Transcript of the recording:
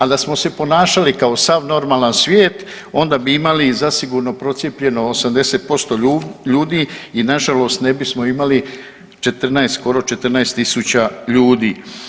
A da smo se ponašali kao sav normalan svijet, onda bi imali zasigurno procijepljeno 80% ljudi i nažalost ne bismo imali 14, skoro 14 tisuća ljudi.